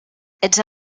ets